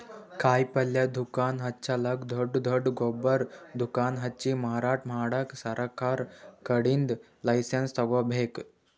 ಕಾಯಿಪಲ್ಯ ದುಕಾನ್ ಹಚ್ಚಲಕ್ಕ್ ದೊಡ್ಡ್ ದೊಡ್ಡ್ ಗೊಬ್ಬರ್ ದುಕಾನ್ ಹಚ್ಚಿ ಮಾರಾಟ್ ಮಾಡಕ್ ಸರಕಾರ್ ಕಡೀನ್ದ್ ಲೈಸನ್ಸ್ ತಗೋಬೇಕ್